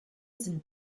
sind